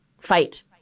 fight